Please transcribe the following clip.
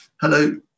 Hello